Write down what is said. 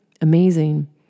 Amazing